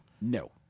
No